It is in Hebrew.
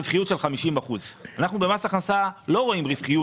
היא רווחיות של 50%. אנחנו במס הכנסה לא רואים רווחיות